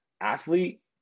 athlete